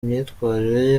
imyitwarire